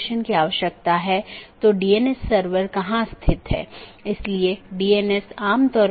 इसका मतलब है कि सभी BGP सक्षम डिवाइस जिन्हें BGP राउटर या BGP डिवाइस भी कहा जाता है एक मानक का पालन करते हैं जो पैकेट को रूट करने की अनुमति देता है